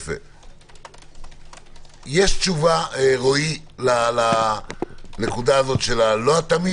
יש תשובה לנקודה הזאת של הלא תמים?